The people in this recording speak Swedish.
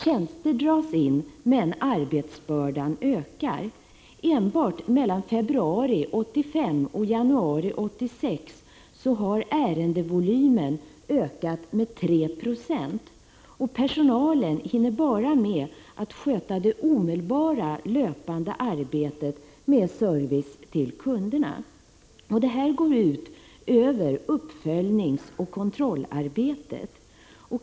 Tjänster dras in, men arbetsbördan ökar. Enbart mellan februari 1985 och januari 1986 har ärendevolymen ökat med 3 Jo. Personalen hinner bara med att sköta det omedelbara löpande arbetet med service till kunderna. Det här går ut över uppföljningsoch kontrollarbetet.